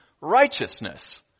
righteousness